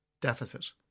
deficit